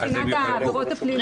מבחינת העבירות הפליליות,